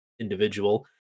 individual